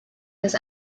this